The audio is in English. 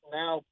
now